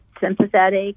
sympathetic